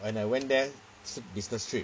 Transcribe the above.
and I went there 是 business trip